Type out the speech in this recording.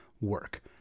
work